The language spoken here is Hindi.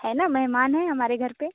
है ना मेहमान है हमारे घर पे